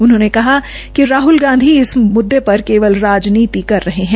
उन्होंने कहा कि राहल गांधी इस मुददे पर केवल राजनीति कर रहे हैं